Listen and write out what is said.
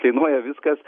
kainuoja viskas